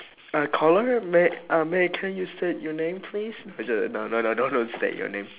uh caller may uh may can you state your name please actually no no no don't don't state your name